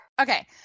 Okay